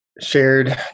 shared